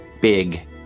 big